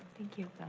thank you.